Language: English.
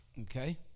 okay